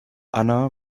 anna